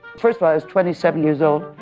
first i was twenty seven years old.